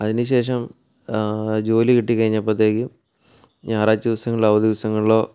അതിനുശേഷം ജോലി കിട്ടി കഴിഞ്ഞപ്പോഴത്തേക്കും ഞായറാഴ്ച ദിവസങ്ങളിലോ അവധി ദിവസങ്ങളിലോ